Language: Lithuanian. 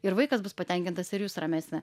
ir vaikas bus patenkintas ir jūs ramesnė